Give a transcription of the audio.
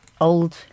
old